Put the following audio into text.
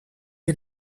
die